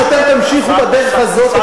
אם אתם תמשיכו בדרך הזאת,